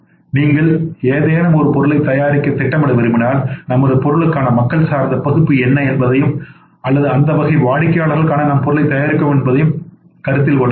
நீங்கள் ஏதேனும் ஒரு பொருளைத் தயாரிக்கத் திட்டமிட விரும்பினால் நமது பொருளுக்கான மக்கள் சார்ந்த பகுப்பு என்ன என்பதையும் அல்லது எந்த வகை வாடிக்கையாளர்களுக்காக நாம் பொருட்களை தயாரிக்கிறோம் என்பதையும் கணக்கில்கொள்ள வேண்டும்